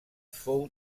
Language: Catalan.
fou